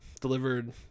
delivered